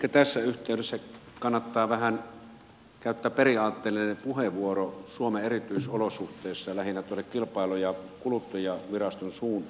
ehkä tässä yhteydessä kannattaa käyttää periaatteellinen puheenvuoro suomen erityisolosuhteista lähinnä kilpailu ja kuluttajaviraston suuntaan